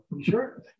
Sure